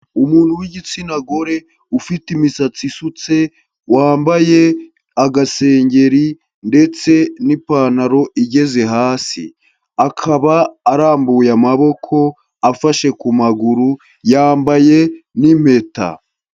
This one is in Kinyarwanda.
Umuntu w'igitsina gore, ufite imisatsi isutse, wambaye agasengeri ndetse n'ipantaro igeze hasi, akaba arambuye amaboko, afashe ku maguru yambaye n'impeta.